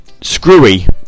Screwy